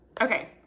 Okay